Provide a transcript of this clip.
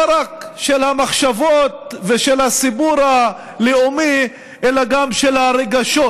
לא רק של המחשבות ושל הסיפור הלאומי אלא גם של הרגשות.